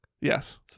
Yes